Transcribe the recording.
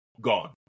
Gone